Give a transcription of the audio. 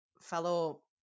fellow